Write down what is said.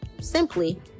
Simply